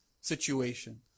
situation